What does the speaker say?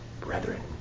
brethren